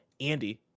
Andy